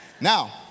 Now